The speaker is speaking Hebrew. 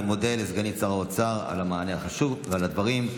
אני מודה לסגנית שר האוצר על המענה החשוב ועל הדברים.